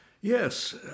Yes